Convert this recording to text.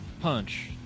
punch